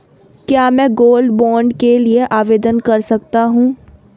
क्या मैं gold bond के लिए आवेदन कर सकता हूं?